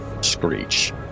screech